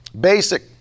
Basic